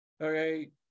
okay